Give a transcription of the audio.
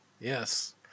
Yes